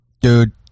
Dude